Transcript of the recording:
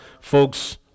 folks